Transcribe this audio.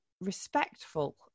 respectful